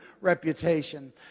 reputation